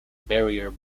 barrier